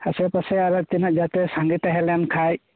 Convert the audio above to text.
ᱟᱥᱮ ᱯᱟᱥᱮ ᱟᱨᱦᱚᱸ ᱛᱤᱱᱟ ᱜ ᱡᱟᱛᱮ ᱥᱟᱸᱝᱜᱮ ᱛᱟᱦᱮᱸ ᱞᱮᱱ ᱠᱷᱟᱡ